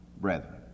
brethren